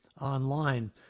online